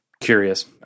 curious